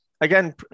again